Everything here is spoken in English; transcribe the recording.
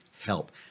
Help